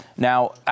Now